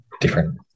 different